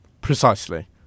Precisely